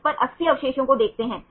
तो इसमें अधिक अवशेष हो सकते हैं